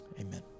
Amen